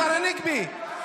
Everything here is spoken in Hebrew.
השר הנגבי,